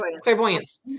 clairvoyance